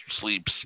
sleeps